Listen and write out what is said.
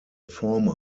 former